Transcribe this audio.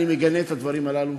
אני מגנה את הדברים הללו.